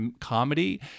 comedy